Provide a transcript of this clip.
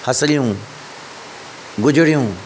खसड़ियूं गुजड़ियूं